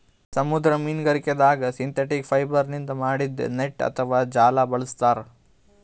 ಸಮುದ್ರ ಮೀನ್ಗಾರಿಕೆದಾಗ್ ಸಿಂಥೆಟಿಕ್ ಫೈಬರ್ನಿಂದ್ ಮಾಡಿದ್ದ್ ನೆಟ್ಟ್ ಅಥವಾ ಜಾಲ ಬಳಸ್ತಾರ್